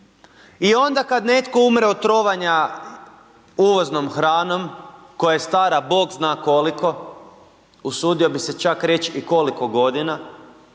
i onda kad netko umre od trovanja uvoznom hranom koja je stara Bog zna koliko, usudio bih se čak reći i koliko godina,